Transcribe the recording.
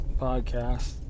podcast